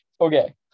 Okay